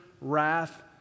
wrath